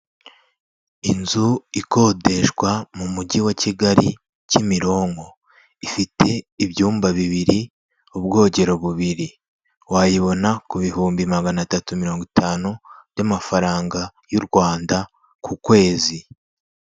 Inzu ikodeshwa mu mujyi wa Kigali, Kimironko, ifite ibyumba bibiri, ubwogero bubiri, wayibona ku bihumbi magana atatu, mirongo itanu by'amafaranga y'u Rwanda ku kwezi.